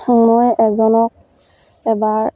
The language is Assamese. মই এজনক এবাৰ